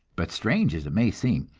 but strange as it may seem,